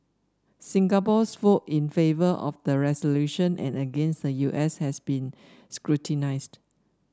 Singapore's vote in favour of the resolution and against the U S has been scrutinised